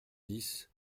dix